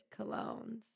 colognes